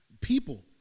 people